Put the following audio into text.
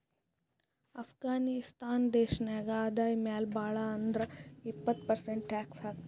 ಅಫ್ಘಾನಿಸ್ತಾನ್ ದೇಶ ನಾಗ್ ಆದಾಯ ಮ್ಯಾಲ ಭಾಳ್ ಅಂದುರ್ ಇಪ್ಪತ್ ಪರ್ಸೆಂಟ್ ಟ್ಯಾಕ್ಸ್ ಹಾಕ್ತರ್